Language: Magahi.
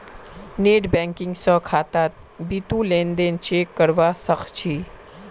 नेटबैंकिंग स खातात बितु लेन देन चेक करवा सख छि